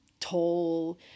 tall